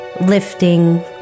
lifting